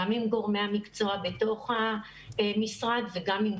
גם עם גורמי המקצוע בתוך המשרד וגם עם